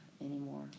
anymore